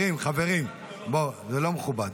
זה לא מכובד,